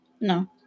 No